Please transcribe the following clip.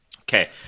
Okay